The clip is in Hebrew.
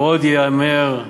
ועוד ייאמר.